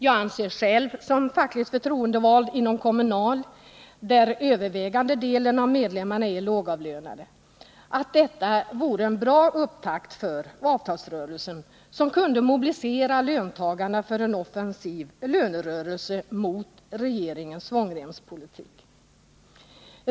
Jag anser själv som fackligt förtroendevald inom Kommunal, där övervägande delen av medlemmarna är lågavlönade, att detta vore en bra upptakt för avtalsrörelsen, som kunde mobilisera löntagarna för en offensiv lönerörelse mot regeringens svångremspolitik.